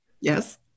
Yes